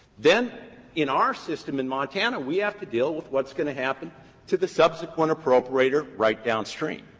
then in our system in montana, we have to deal with what's going to happen to the subsequent appropriator right downstream.